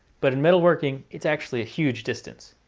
but in metalworking, it's actually a huge distance.